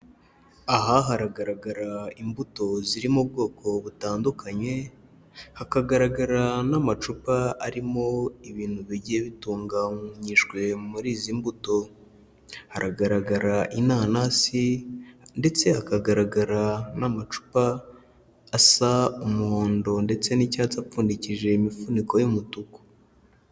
Aha haragaragara imbuto ziririmo ubwoko butandukanye, hakagaragara n'amacupa arimo ibintu bigiye bitunganyijwe muri izi mbuto, hagaragara inanasi ndetse hakagaragara n'amacupa asa umuhondo ndetse n'icyatsi apfundikishije imifuniko y'umutuku.